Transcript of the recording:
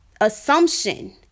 assumption